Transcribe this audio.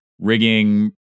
rigging